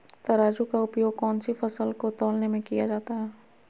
तराजू का उपयोग कौन सी फसल को तौलने में किया जाता है?